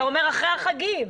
אתה אומר אחרי החגים.